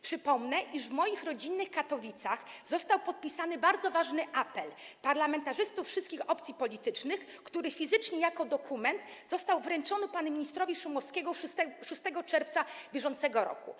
Przypomnę, iż w moich rodzinnych Katowicach został podpisany bardzo ważny apel parlamentarzystów wszystkich opcji politycznych, który fizycznie jako dokument został wręczony panu ministrowi Szumowskiemu 6 czerwca br.